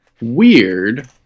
weird